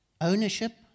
Ownership